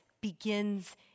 begins